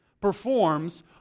performs